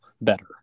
better